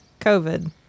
COVID